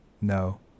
No